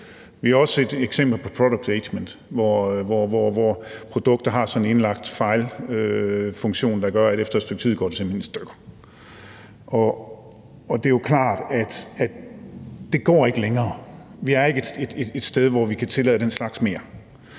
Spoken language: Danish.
Vi har også set eksempler på planlagt forældelse, hvor produkter har en indlagt fejlfunktion, der gør, at efter et stykke tid går de simpelt hen i stykker. Det er jo klart, at det ikke går længere, for vi er ikke et sted, hvor vi kan tillade den slags mere.